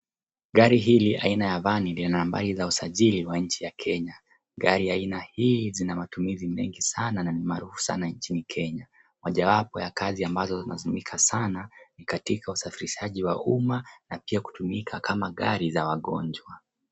Gari hili aina ya vani lina nambari ya usajili wa nchi ya Kenya. Gari aina hii zina matumizi mengi sana na ni maarufu sana nchini Kenya. Moja wapo ya kazi ambazo zinatumika sana ni katika usafirishaji wa umma na pia kutumika kama gari za wagonjwa.